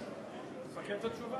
חברי חברי הכנסת,